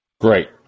Great